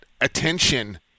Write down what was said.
attention